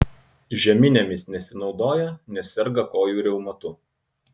žeminėmis nesinaudoja nes serga kojų reumatu